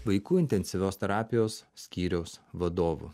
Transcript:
vaikų intensyvios terapijos skyriaus vadovu